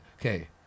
okay